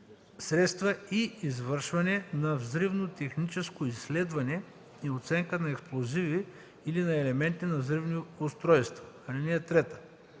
средства и извършване на взривно техническо изследване и оценка на експлозиви или на елементи на взривни устройства. (2)